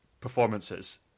performances